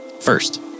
First